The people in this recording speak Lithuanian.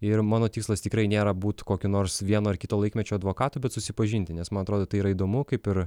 ir mano tikslas tikrai nėra būt kokio nors vieno ar kito laikmečio advokatu bet susipažinti nes man atrodo tai yra įdomu kaip ir